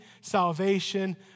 salvation